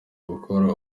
gukora